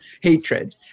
hatred